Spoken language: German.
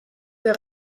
der